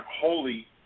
holy